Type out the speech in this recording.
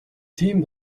тийм